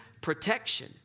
protection